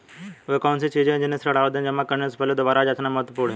वे कौन सी चीजें हैं जिन्हें ऋण आवेदन जमा करने से पहले दोबारा जांचना महत्वपूर्ण है?